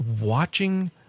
watching